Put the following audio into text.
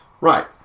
Right